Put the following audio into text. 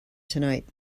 tonight